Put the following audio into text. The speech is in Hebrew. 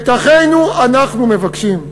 את אחינו אנחנו מבקשים.